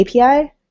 API